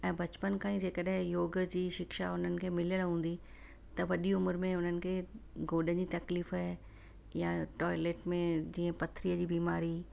ऐं बचपन खां ई जे कॾहिं योग जी शिक्षा उन्हनि खे मिलियल हूंदी त वॾी उमिरि में उन्हनि खे गोॾनि जी तकलीफ़ या टॉयलेट में जीअं पथरीअ जी बीमारी